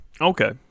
Okay